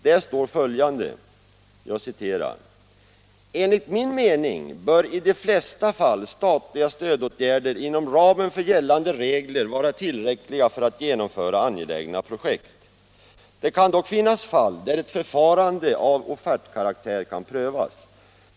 Där står följande: ”Enligt min mening bör i de flesta fall statliga stödåtgärder inom ramen för gällande regler vara tillräckliga för att genomföra angelägna projekt. Det kan dock finnas fall där ett förfarande av offertkaraktär kan prövas.